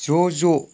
ज' ज'